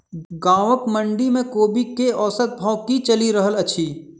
गाँवक मंडी मे कोबी केँ औसत भाव की चलि रहल अछि?